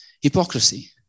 Hypocrisy